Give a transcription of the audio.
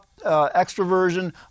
extroversion